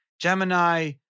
Gemini